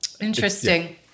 interesting